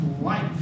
life